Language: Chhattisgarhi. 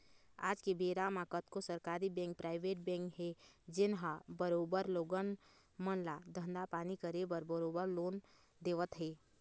आज के बेरा म कतको सरकारी बेंक, पराइवेट बेंक हे जेनहा बरोबर लोगन मन ल धंधा पानी करे बर बरोबर लोन देवत हे